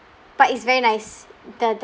but it's very nice the the